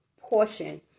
portion